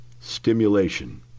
stimulation